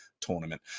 tournament